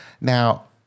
Now